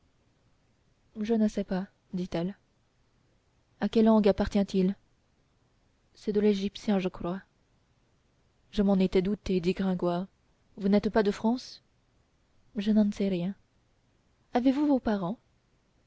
je ne sais pas dit-elle à quelle langue appartient-il c'est de l'égyptien je crois je m'en étais douté dit gringoire vous n'êtes pas de france je n'en sais rien avez-vous vos parents